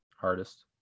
Hardest